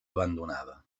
abandonada